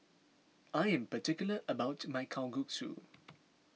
I am particular about my Kalguksu